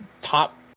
top